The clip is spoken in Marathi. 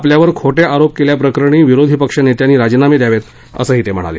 आपल्यावर खोटे आरोप केल्या प्रकरणी विरोधी पक्षनेत्यांनी राजीनामे द्यावेत असंही ते म्हणाले